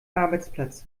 arbeitsplatz